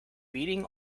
beating